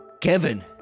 Kevin